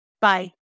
bye